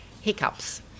hiccups